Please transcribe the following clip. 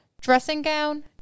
dressing-gown